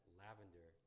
lavender